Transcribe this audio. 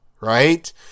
right